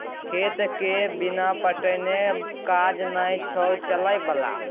खेतके बिना पटेने काज नै छौ चलय बला